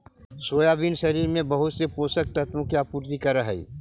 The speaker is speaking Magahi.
सोयाबीन शरीर में बहुत से पोषक तत्वों की आपूर्ति करअ हई